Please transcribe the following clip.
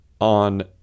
on